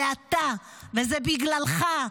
זה אתה וזה בגללך,